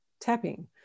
tapping